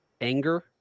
anger